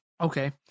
Okay